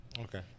Okay